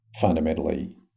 fundamentally